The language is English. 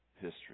history